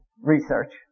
research